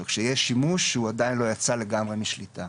או כשיש שימוש הוא עדיין לא יצא לגמרי משליטה.